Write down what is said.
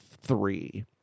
three